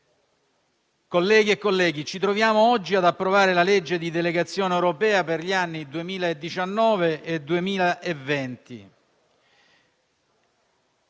Colleghe e colleghi, ci troviamo oggi ad approvare la legge di delegazione europea per gli anni 2019 e 2020.